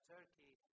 Turkey